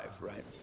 right